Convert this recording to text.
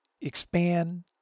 expand